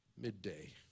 midday